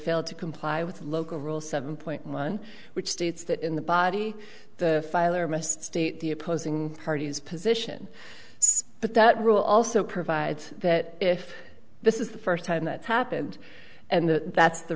failed to comply with local rule seven point one which states that in the body the filer must state the opposing party's position but that rule also provides that if this is the first time that happened and that's th